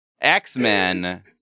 X-Men